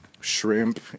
shrimp